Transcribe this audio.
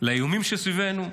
לאיומים שסביבנו?